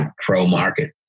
pro-market